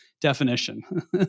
definition